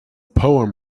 poem